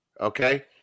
okay